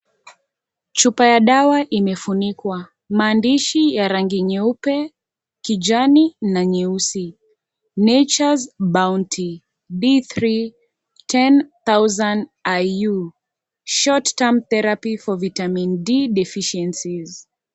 Chupa ya dawa imefunikwa , maandishi ya rangi nyeupe, kijani na nyeusi. natures bounty . D3 1,000 IU short term therapy for vitamin D deficiencies .